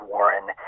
Warren